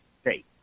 state